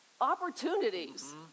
opportunities